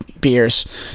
beers